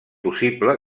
possible